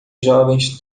jovens